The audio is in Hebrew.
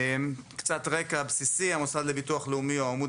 קצת רקע בסיסי המוסד לביטוח לאומי הוא עמוד